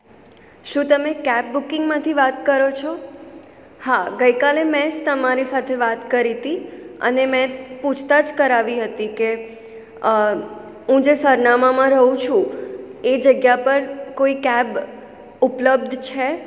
શું તમે કેબ બુકિંગમાંથી વાત કરો છો હા ગઈકાલે મેં જ તમારી સાથે વાત કરી હતી અને મેં પૂછતાછ કરાવી હતી કે હું જે સરનામામાં રહું છું એ જગ્યા પર કોઈ કેબ ઉપલબ્ધ છે